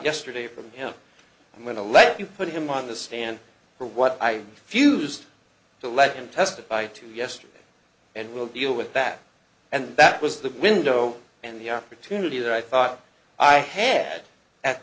yesterday from him i'm going to let you put him on the stand for what i refused to let him testify to yesterday and we'll deal with that and that was the window and the opportunity that i thought i had at